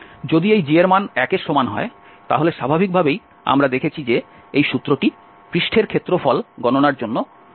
যদি এই g এর মান 1 এর সমান হয় তাহলে স্বাভাবিকভাবেই আমরা দেখেছি যে এই সূত্রটি পৃষ্ঠের ক্ষেত্রফল গণনার জন্য হ্রাস ব্যবহৃত হবে